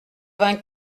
vingt